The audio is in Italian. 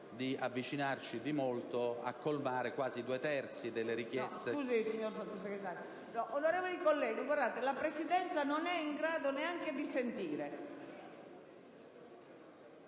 di avvicinarci di molto a soddisfare quasi due terzi delle richieste...